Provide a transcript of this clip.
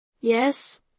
Yes